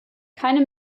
keine